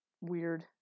weird